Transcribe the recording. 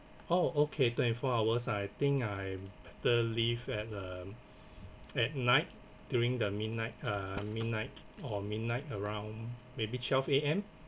oh okay twenty four hours ah I think I better leave at uh at night during the midnight uh midnight or midnight around maybe twelve A_M